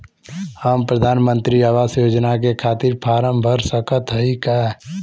हम प्रधान मंत्री आवास योजना के खातिर फारम भर सकत हयी का?